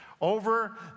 over